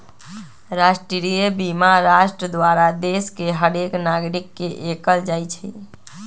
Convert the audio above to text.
राष्ट्रीय बीमा राष्ट्र द्वारा देश के हरेक नागरिक के कएल जाइ छइ